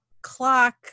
clock